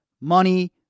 money